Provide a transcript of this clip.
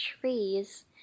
trees